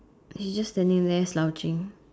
they just standing there slouching